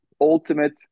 ultimate